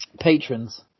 patrons